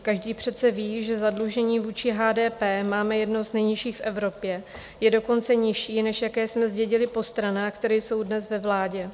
Každý přece ví, že zadlužení vůči HDP máme jedno z nejnižších v Evropě, je dokonce nižší, než jaké jsme zdědili po stranách, které jsou dnes ve vládě.